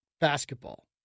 basketball